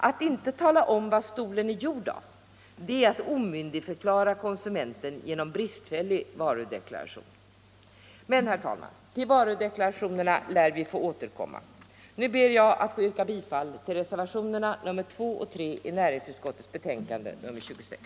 Att inte tala om vad stolen är gjord av är att omyndigförklara konsumenten genom bristfällig varudeklaration. Men, herr talman, till varudeklarationerna lär vi få återkomma. Nu ber jag att få yrka bifall till reservationerna 2 och 3 vid näringsutskottets betänkande nr 26.